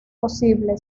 posible